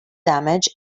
damage